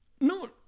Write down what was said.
no